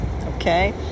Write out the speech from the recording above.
Okay